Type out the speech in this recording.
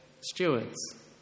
stewards